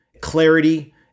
clarity